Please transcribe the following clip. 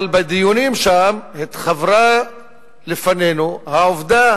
אבל בדיונים שם התחוורה לנו העובדה